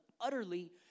utterly